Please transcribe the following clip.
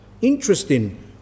Interesting